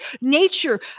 nature